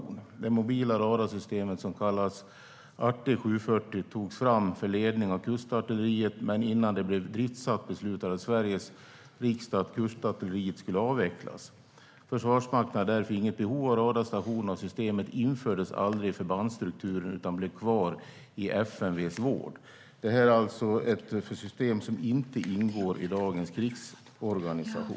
Man skriver vidare: "Det mobila radarsystemet som kallas ArtE 740 togs fram för ledning av kustartilleri, men innan det blev driftsatt beslutade Sveriges riksdag att kustartilleriet skulle avvecklas. Försvarsmakten hade därför inget behov av radarstationerna och systemet infördes aldrig i förbandsstrukturen utan blev kvar i FMV:s vård." Det här är alltså ett system som inte ingår i dagens krigsorganisation.